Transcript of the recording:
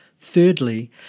Thirdly